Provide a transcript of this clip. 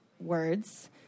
words